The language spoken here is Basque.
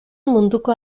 munduko